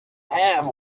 have